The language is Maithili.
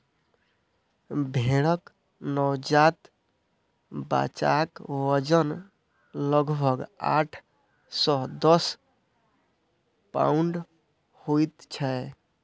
भेंड़क नवजात बच्चाक वजन लगभग आठ सॅ दस पाउण्ड होइत छै